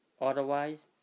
otherwise